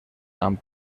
amb